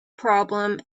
problem